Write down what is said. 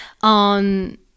on